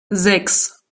sechs